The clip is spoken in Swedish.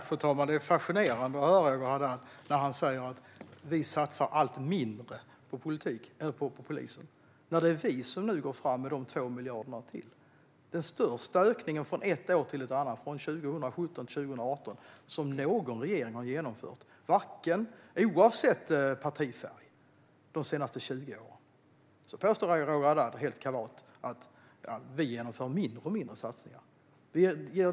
Fru talman! Det är fascinerande att höra Roger Haddad säga att vi satsar allt mindre på polisen. Det är ju vi som anslår 2 miljarder mer, den största ökningen från ett år till ett annat, från 2017 till 2018, som någon regering har genomfört oavsett partifärg de senaste 20 åren. Men Roger Haddad påstår helt kavat att vi satsar mindre och mindre.